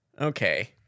Okay